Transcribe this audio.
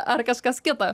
ar kas kas kita